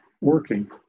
working